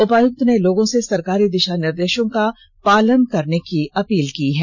उपायुक्त ने लोगों से सरकारी दिशा निर्देशों का पालन करने की अपील की है